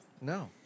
No